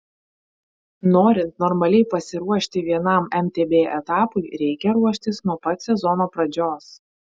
norint normaliai pasiruošti vienam mtb etapui reikia ruoštis nuo pat sezono pradžios